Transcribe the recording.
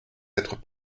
être